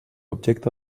objecte